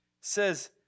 says